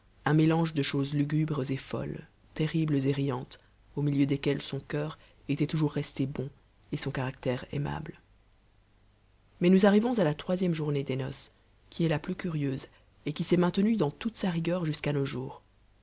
un mélange de choses lugubres et folles terribles et riantes au milieu desquelles son cur était toujours resté bon et son caractère aimable mais nous arrivons à la troisième journée des noces qui est la plus curieuse et qui s'est maintenue dans toute sa rigueur jusqu'à nos jours